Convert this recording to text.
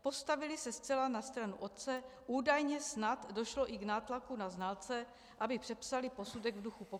Postavily se zcela na stranu otce, údajně snad došlo i k nátlaku na znalce, aby přepsali posudek v duchu pokynů OPOD.